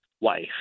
wife